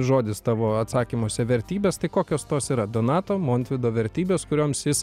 žodis tavo atsakymuose vertybės tai kokios tos yra donato montvydo vertybės kurioms jis